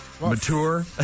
mature